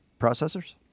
processors